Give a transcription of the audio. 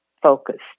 focused